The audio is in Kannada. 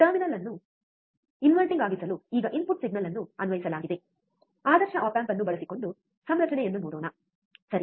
ಟರ್ಮಿನಲ್ ಅನ್ನು ತಲೆಕೆಳಗಾಗಿಸಲು ಈಗ ಇನ್ಪುಟ್ ಸಿಗ್ನಲ್ ಅನ್ನು ಅನ್ವಯಿಸಲಾಗಿದೆ ಆದರ್ಶ ಆಪ್ ಆಂಪ್ ಅನ್ನು ಬಳಸಿಕೊಂಡು ಸಂರಚನೆಯನ್ನು ನೋಡೋಣ ಸರಿ